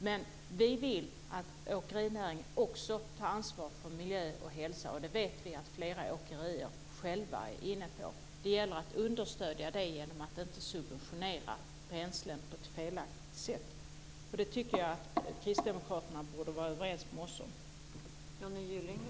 Men vi vill att åkerinäringen också tar ansvar för miljö och hälsa, och det vet vi att flera åkerier själva är inne på. Det gäller att understödja det genom att inte subventionera bränslen på ett felaktigt sätt. Det tycker jag att kristdemokraterna borde vara överens med oss om.